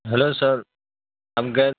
hello sir ہم گر